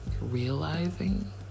realizing